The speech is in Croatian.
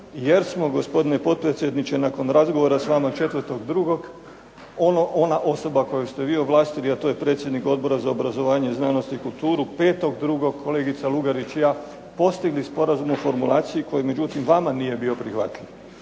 jer smo gospodine potpredsjedniče nakon razgovora s vama 4.2. ona osoba koju ste vi ovlastili, a to je predsjednik Odbora za obrazovanje, znanost i kulturu 5.2. kolegica Lugarić i ja postigli Sporazum o formulaciji koji međutim vama nije bio prihvatljiv.